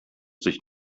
sich